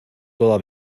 toda